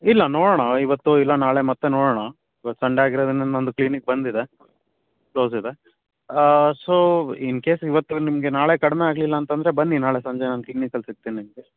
ಇಲ್ಲ ನೋಡೋಣ ಇವತ್ತು ಇಲ್ಲ ನಾಳೆ ಮತ್ತೆ ನೋಡೋಣ ಇವತ್ತು ಸಂಡೆ ಆಗಿರೋದ್ರಿಂದ ನನ್ನದು ಕ್ಲಿನಿಕ್ ಬಂದಿದೆ ಕ್ಲೋಸ್ ಇದೆ ಸೊ ಇನ್ ಕೇಸ್ ಇವತ್ತು ನಿಮಗೆ ನಾಳೆ ಕಡಿಮೆ ಆಗ್ಲಿಲ್ಲಾಂತಂದ್ರೆ ಬನ್ನಿ ನಾಳೆ ಸಂಜೆ ನಾನು ಕ್ಲಿನಿಕಲ್ಲಿ ಸಿಗ್ತೀನಿ ನಿಮಗೆ